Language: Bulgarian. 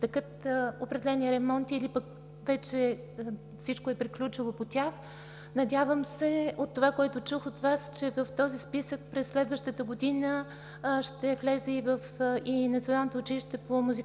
текат определени ремонти или пък вече всичко е приключило по тях. Надявам се от това, което чух от Вас, че в този списък през следващата година ще влезе и Националното училище по музикално